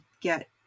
get